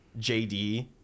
JD